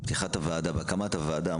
עם הקמת הוועדה,